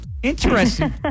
Interesting